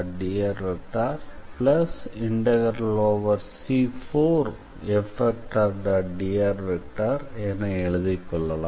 drஎன எழுதிக்கொள்ளலாம்